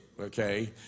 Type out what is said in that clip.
Okay